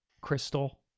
Crystal